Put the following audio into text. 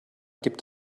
gibt